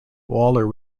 waller